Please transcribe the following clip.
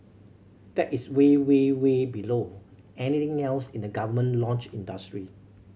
that is way way way below anything else in the government launch industry